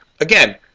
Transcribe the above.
again